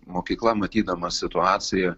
mokykla matydama situaciją